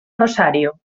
rosario